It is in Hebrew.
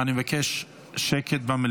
אני מבקש במליאה.